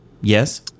yes